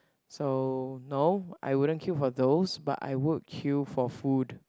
so no I wouldn't queue for those but I would queue for food